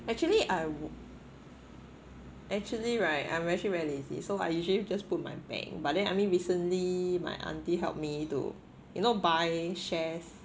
actually I would actually right I'm actually very lazy so I usually just put my bank but then I mean recently my auntie helped me to you know buy shares